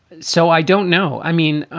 so i don't know. i mean